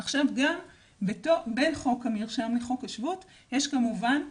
עכשיו גם בחוק המרשם לחוק השבות יש כמובן פער,